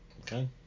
okay